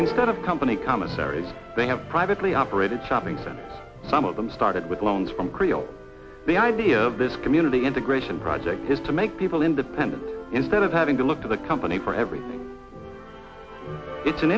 instead of company commissary they have privately operated shopping for some of them started with loans from creel the idea of this community integration project is to make people independent instead of having to look to the company for every it's an